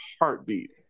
heartbeat